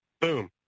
boom